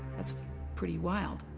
that's pretty wild.